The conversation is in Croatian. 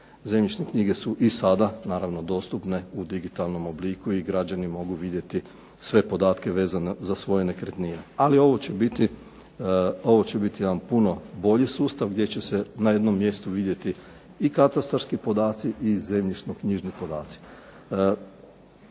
Zemljišne knjige su i sada naravno dostupne u digitalnom obliku i građani mogu vidjeti sve podatke vezano za svoje nekretnine, ali ovo će biti jedan puno bolji sustav gdje će se na jednom mjestu vidjeti i katastarski podaci i zemljišnoknjižni podaci.